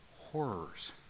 horrors